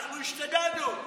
אנחנו השתגענו.